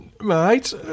right